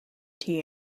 tea